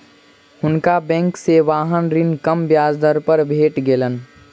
हुनका बैंक से वाहन ऋण कम ब्याज दर पर भेट गेलैन